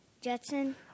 Jetson